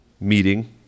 meeting